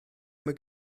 mae